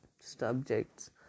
subjects